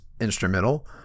instrumental